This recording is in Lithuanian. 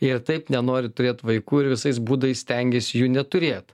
ir taip nenori turėt vaikų ir visais būdais stengiesi jų neturėt